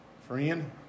Friend